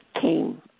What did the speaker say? came